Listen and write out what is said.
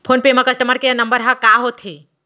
Phone पे म customer care number ह का होथे?